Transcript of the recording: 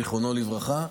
זיכרונו לברכה.